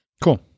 Cool